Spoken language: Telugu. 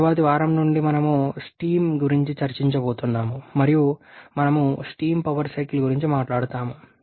తరువాతి వారం నుండి మేము స్టీమ్ గురించి చర్చించబోతున్నాము మరియు మేము స్టీమ్ పవర్ సైకిల్ గురించి మాట్లాడుతాము